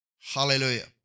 Hallelujah